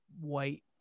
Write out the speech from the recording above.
white